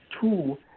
Two